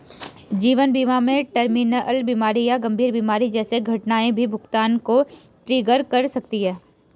जीवन बीमा में टर्मिनल बीमारी या गंभीर बीमारी जैसी घटनाएं भी भुगतान को ट्रिगर कर सकती हैं